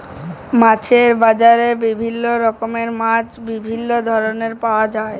মাছের বাজারে বিভিল্য রকমের মাছ বিভিল্য হারে পাওয়া যায়